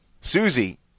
Susie